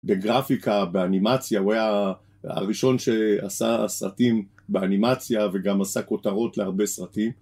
בגרפיקה, באנימציה, הוא היה הראשון שעשה סרטים באנימציה וגם עשה כותרות להרבה סרטים